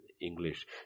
English